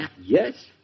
Yes